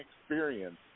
experience